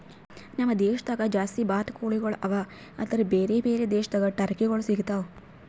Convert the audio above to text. ನಮ್ ದೇಶದಾಗ್ ಜಾಸ್ತಿ ಬಾತುಕೋಳಿಗೊಳ್ ಅವಾ ಆದುರ್ ಬೇರೆ ಬೇರೆ ದೇಶದಾಗ್ ಟರ್ಕಿಗೊಳ್ ಸಿಗತಾವ್